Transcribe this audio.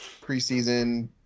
preseason